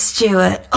Stewart